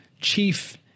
chief